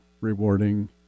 rewarding